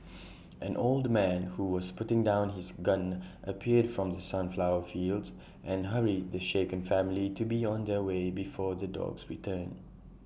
an old man who was putting down his gun appeared from the sunflower fields and hurried the shaken family to be on their way before the dogs return